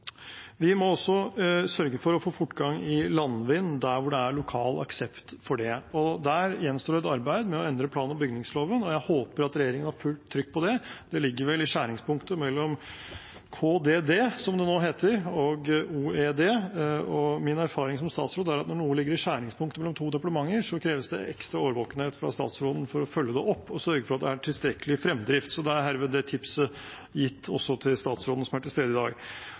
Vi må også sørge for å få fortgang i landvind der hvor det er lokal aksept for det. Der gjenstår det et arbeid med å endre plan- og bygningsloven, og jeg håper at regjeringen har fullt trykk på det. Det ligger vel i skjæringspunktet mellom KDD, som det nå heter, og OED, og min erfaring som statsråd er at når noe ligger i skjæringspunktet mellom to departementer, kreves det ekstra årvåkenhet fra statsråden for å følge det opp og sørge for at det er tilstrekkelig fremdrift. Så da er herved det tipset gitt også til statsråden som er til stede i dag.